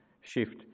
shift